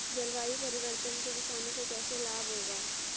जलवायु परिवर्तन से किसानों को कैसे लाभ होगा?